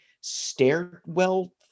stairwell